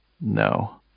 No